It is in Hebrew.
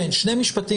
כן, שני משפטים.